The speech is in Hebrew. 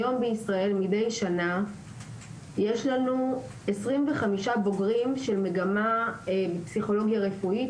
היום בישראל מדי שנה יש לנו 25 בוגרים של מגמה בפסיכולוגיה רפואית,